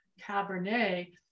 Cabernet